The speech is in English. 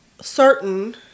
certain